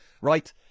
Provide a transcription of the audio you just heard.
Right